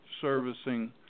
servicing